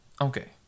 Okay